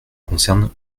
concerne